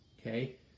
Okay